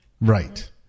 Right